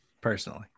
personally